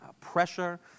pressure